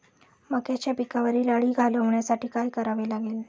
मक्याच्या पिकावरील अळी घालवण्यासाठी काय करावे लागेल?